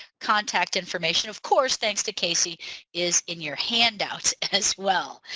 contact information of course thanks to casey is in your handouts as well.